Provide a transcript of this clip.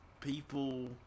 people